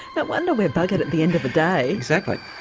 but wonder we're buggered at the end of the day! exactly!